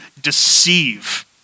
deceive